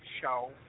show